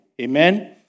Amen